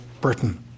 Britain